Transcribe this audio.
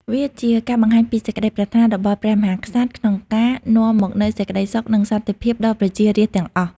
វាជាការបង្ហាញពីសេចក្តីប្រាថ្នារបស់ព្រះមហាក្សត្រក្នុងការនាំមកនូវសេចក្តីសុខនិងសន្តិភាពដល់ប្រជារាស្ត្រទាំងអស់។